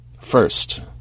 first